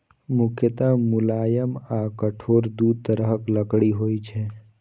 मुख्यतः मुलायम आ कठोर दू तरहक लकड़ी होइ छै